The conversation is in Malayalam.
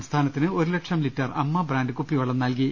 സംസ്ഥാനത്തിന് ഒരുലക്ഷം ലിറ്റർ അമ്മ ബ്രാന്റ് കുപ്പിവെളളം നൽകി